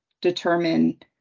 determine